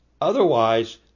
Otherwise